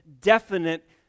definite